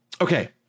Okay